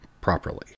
properly